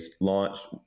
launched